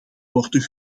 worden